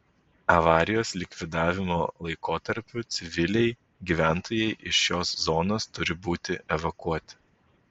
avarijos likvidavimo laikotarpiu civiliai gyventojai iš šios zonos turi būti evakuoti